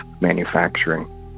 manufacturing